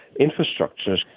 infrastructures